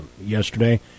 yesterday